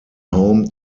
home